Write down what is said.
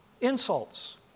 insults